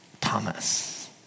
Thomas